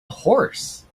horse